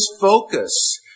focus